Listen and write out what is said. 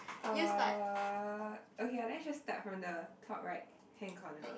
uh okay ah let's just start from the top right hand corner